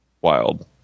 Wild